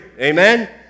Amen